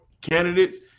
candidates